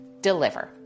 Deliver